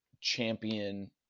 champion